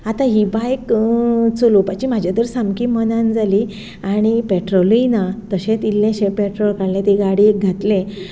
आतां ही बायक चलोपाची म्हाज्या तर सामकी मनान जाली आनी पेट्रोलय ना तशेंत इल्लेशें पेट्रोल घालें ते गाडयेक घातलें